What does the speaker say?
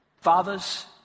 Fathers